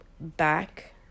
back